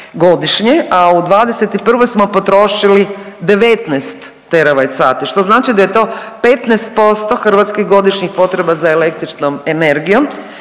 godišnje, a u 21. smo potrošili 19 teravat sati, što znači da je to 15% hrvatskih godišnjih potreba za električnom energijom.